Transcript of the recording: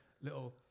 little